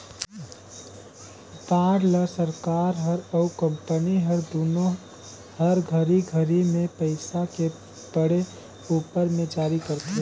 bond ल सरकार हर अउ कंपनी हर दुनो हर घरी घरी मे पइसा के पड़े उपर मे जारी करथे